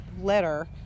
letter